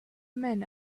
men